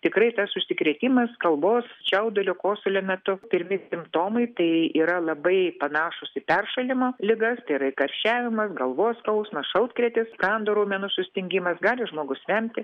tikrai tas užsikrėtimas kalbos čiaudulio kosulio metu pirmi simptomai tai yra labai panašūs į peršalimo ligas tai yra karščiavimas galvos skausmas šaltkrėtis sprando raumenų sustingimas gali žmogus vemti